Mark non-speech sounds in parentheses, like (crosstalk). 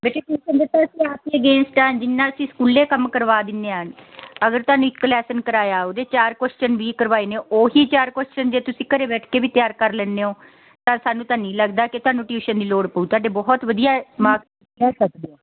ਬੇਟੇ (unintelligible) ਜਿੰਨਾ ਅਸੀਂ ਸਕੂਲੇ ਕੰਮ ਕਰਵਾ ਦਿੰਦੇ ਹਾਂ ਅਗਰ ਤੁਹਾਨੂੰ ਇੱਕ ਲੈਸਨ ਕਰਵਾਇਆ ਉਹਦੇ ਚਾਰ ਕੁਸ਼ਚਨ ਵੀ ਕਰਵਾਏ ਨੇ ਉਹੀ ਚਾਰ ਕੁਸ਼ਚਨ ਜੇ ਤੁਸੀਂ ਘਰ ਬੈਠ ਕੇ ਵੀ ਤਿਆਰ ਕਰ ਲੈਂਦੇ ਹੋ ਤਾਂ ਸਾਨੂੰ ਤਾਂ ਨਹੀਂ ਲੱਗਦਾ ਕਿ ਤੁਹਾਨੂੰ ਟਿਊਸ਼ਨ ਦੀ ਲੋੜ ਪਊ ਤੁਹਾਡੇ ਬਹੁਤ ਵਧੀਆ ਮਾਕਸ ਕਹਿ ਸਕਦੇ ਹਾਂ